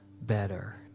better